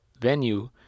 venue